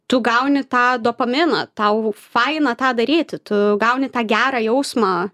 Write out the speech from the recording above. tu gauni tą dopaminą tau faina tą daryti tu gauni tą gerą jausmą